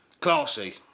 Classy